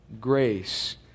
grace